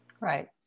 Right